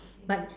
but